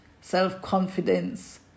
self-confidence